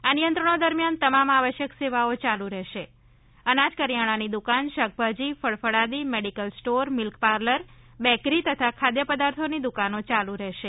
આ નિયંત્રણો દરમિયાન તમામ આવશ્યક સેવાઓ યાલુ રહેશે અનાજ કરિયાણાની દુકાન શાકભાજી ફળ ફળાદિ medical store milk parlour bakery તથા ખાદ્યપદાર્થોની દુકાનો ચાલુ રહેશે